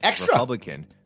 Republican